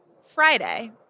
Friday